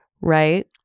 right